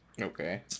Okay